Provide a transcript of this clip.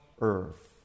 earth